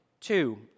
Two